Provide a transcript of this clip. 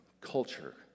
culture